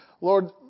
Lord